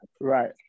Right